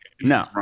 No